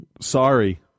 sorry